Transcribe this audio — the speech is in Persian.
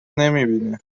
نمیبینه